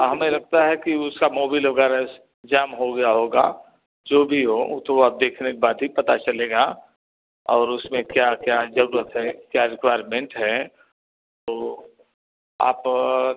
हमें लगता है कि उसका मोबिल वग़ैरह जाम हो गया होगा जो भी हो वो तो आप देखने के बाद ही पता चलेगा और उसमें क्या क्या ज़रूरत है क्या रिक्वारमेंट है तो वो आप